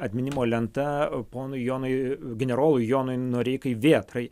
atminimo lenta ponui jonui generolui jonui noreikai vėtrai